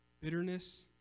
bitterness